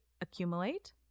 accumulate